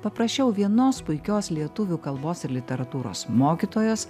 paprašiau vienos puikios lietuvių kalbos ir literatūros mokytojos